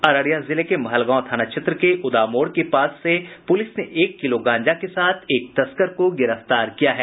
अररिया जिले के महलगांव थाना क्षेत्र के उदा मोड़ के पास से पुलिस ने एक किलो गांजा के साथ एक तस्कर को गिरफ्तार किया है